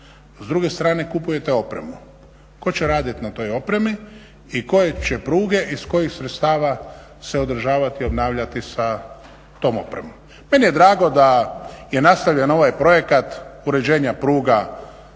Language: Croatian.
s druge strane kupujete opremu. Tko će raditi na toj opremi i koje će pruge iz kojih sredstava se održavati, obnavljati sa tom opremom? Meni je drago da je nastavljen ovaj projekat uređenja pruga